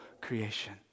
creation